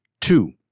Two